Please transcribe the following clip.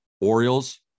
Orioles